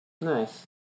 Nice